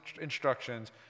instructions